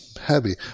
heavy